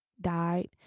died